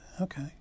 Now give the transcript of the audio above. okay